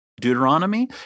Deuteronomy